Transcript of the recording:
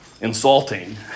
insulting